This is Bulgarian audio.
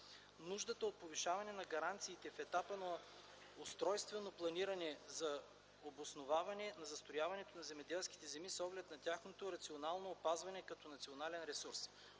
нуждата от повишаване на гаранциите в етапа на устройствено планиране за обосноваване на застрояването на земеделски земи с оглед на тяхното рационално опазване като национален ресурс.